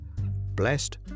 blessed